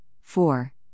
four